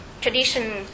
tradition